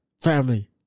Family